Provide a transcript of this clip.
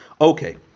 Okay